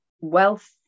wealth